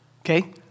okay